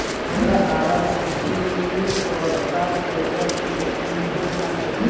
तोरा आरा मशीनी पर काम कईला से इ घर ना चली